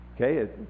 Okay